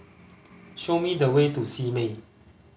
show me the way to Simei